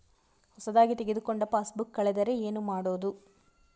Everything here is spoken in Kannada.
ಹೊಸದಾಗಿ ತೆಗೆದುಕೊಂಡ ಪಾಸ್ಬುಕ್ ಕಳೆದರೆ ಏನು ಮಾಡೋದು?